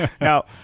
Now